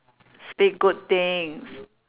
speak good things